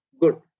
good